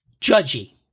judgy